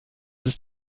ist